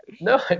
No